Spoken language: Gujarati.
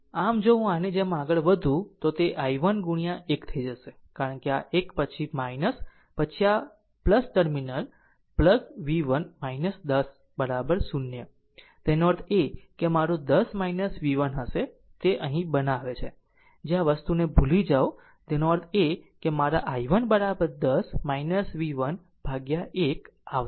આમ જો હું આની જેમ આગળ વધું તો તે i1 ગુણ્યા 1 થઈ જશે કારણ કે આ એક છે પછી આ ટર્મિનલ v1 10 0 તેનો અર્થ એ કે મારું 10 v1 હશે તે અહીં બનાવે છે જે આ વસ્તુને ભૂલી જાઓ તેનો અર્થ છે કે મારા i1 10 v1 ભાગ્યા 1આવશે